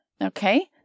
Okay